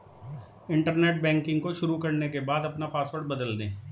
internet banking को शुरू करने के बाद अपना पॉसवर्ड बदल दे